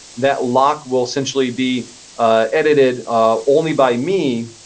that lock will essentially be edited only by me.